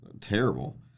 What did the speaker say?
Terrible